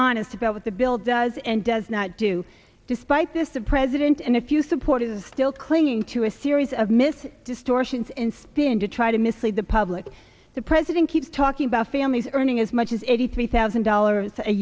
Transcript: honest about what the bill does and does not do despite this the president and if you support is still clinging to a series of mis distortions in spin to try to mislead the public the president keeps talking about families earning as much as eighty three thousand dollars a